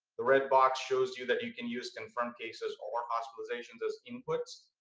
the red box shows you that you can use confirmed cases or hospitalizations as inputs.